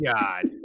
god